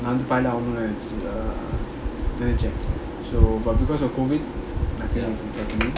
அவங்க:avanga so but because of COVID nothing else is happening